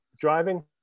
driving